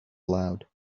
aloud